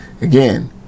Again